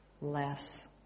less